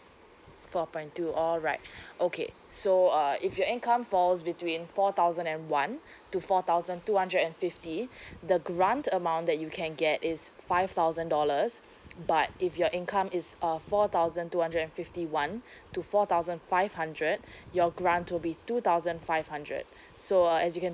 four point two alright okay so uh if your income falls between four thousand and one to four thousand two hundred and fifty the grant amount that you can get is five thousand dollars but if your income is uh four thousand two hundred and fifty one to four thousand five hundred your grant will be two thousand five hundred so uh as you can